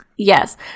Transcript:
yes